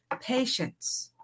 Patience